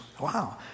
wow